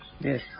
Yes